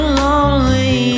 lonely